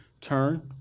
turn